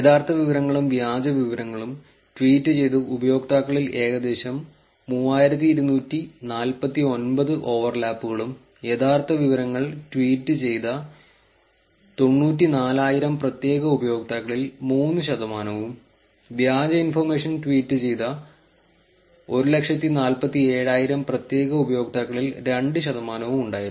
യഥാർത്ഥ വിവരങ്ങളും വ്യാജ വിവരങ്ങളും ട്വീറ്റ് ചെയ്ത ഉപയോക്താക്കളിൽ ഏകദേശം 3249 ഓവർലാപ്പുകളും യഥാർത്ഥ വിവരങ്ങൾ ട്വീറ്റ് ചെയ്ത 94000 പ്രത്യേക ഉപയോക്താക്കളിൽ 3 ശതമാനവും വ്യാജ ഇൻഫർമേഷൻ ട്വീറ്റ് ചെയ്ത 147000 പ്രത്യേക ഉപയോക്താക്കളിൽ 2 ശതമാനവും ഉണ്ടായിരുന്നു